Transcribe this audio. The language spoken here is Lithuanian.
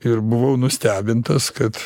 ir buvau nustebintas kad